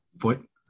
foot